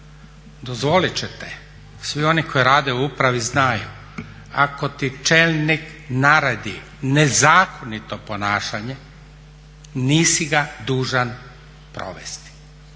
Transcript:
Dozvolit ćete, svi oni koji rade u upravi znaju ako ti čelnik naredi nezakonito ponašanje nisi ga dužan provesti,